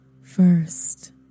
first